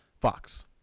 Fox